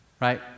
Right